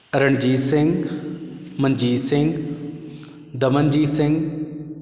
Ranjit Singh Manjit Singh Damanjit Singh